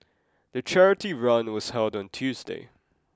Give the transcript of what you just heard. the charity run was held on Tuesday